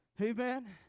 Amen